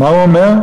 מה הוא אומר?